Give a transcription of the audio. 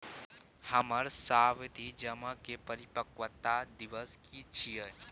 हमर सावधि जमा के परिपक्वता दिवस की छियै?